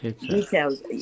details